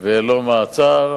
ולא מעצר.